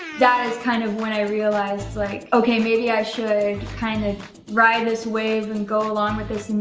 that is kind of when i realized like, okay, maybe i should kind of ride this wave and go along with this,